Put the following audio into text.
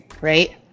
Right